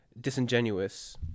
disingenuous